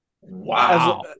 Wow